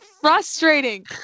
frustrating